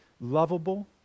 lovable